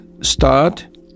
start